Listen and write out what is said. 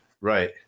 Right